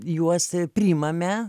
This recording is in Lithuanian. juos priimame